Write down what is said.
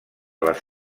les